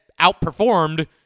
outperformed